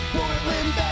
Portland